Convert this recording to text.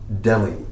Delhi